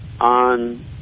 on